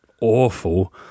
awful